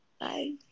Bye